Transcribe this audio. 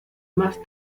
más